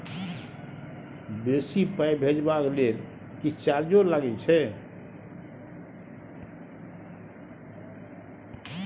बेसी पाई भेजबाक लेल किछ चार्जो लागे छै?